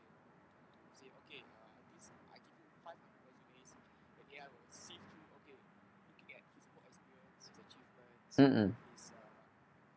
mm mm